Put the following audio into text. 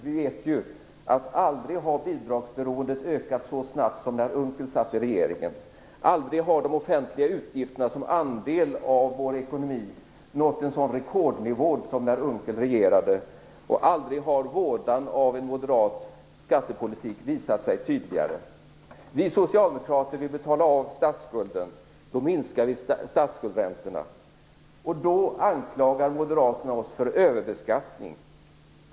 Vi vet att bidragsberoendet aldrig har ökat så snabbt som när Unckel satt i regeringen. Aldrig har de offentliga utgifterna som andel av vår ekonomi nått en sådan rekordnivå som när Unckel regerade. Aldrig har vådan av en moderat skattepolitik visat sig tydligare. Vi socialdemokrater vill betala av statsskulden. Då minskar vi statsskuldsräntorna. Då anklagar Moderaterna oss för överbeskattning.